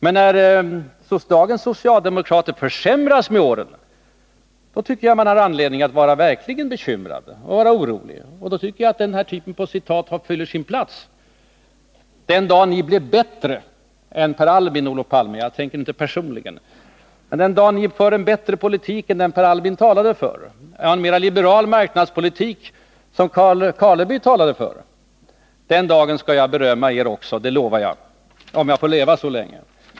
Men när socialdemokrater försämras med åren, då tycker jag man har anledning att vara verkligt bekymrad och orolig, och då tycker jag att den typ av citat som jag anfört fyller sin plats. Den dag ni blir bättre än Per Albin, Olof Palme, — jag menar inte personligen, men den dag ni för en bättre politik än den Per Albin talade för, en mera liberal marknadspolitik som Karleby talade för — den dagen skall jag berömma er också, det lovar jag, om jag får leva så länge.